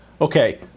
Okay